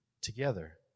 together